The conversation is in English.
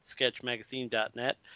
sketchmagazine.net